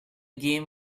game